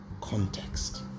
context